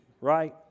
right